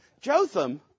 Jotham